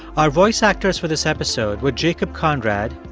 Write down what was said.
our voice actors for this episode were jacob conrad,